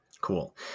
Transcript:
Cool